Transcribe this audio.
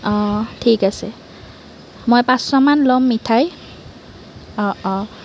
অঁ ঠিক আছে মই পাঁচশমান ল'ম মিঠাই অঁ অঁ